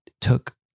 took